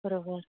बरोबर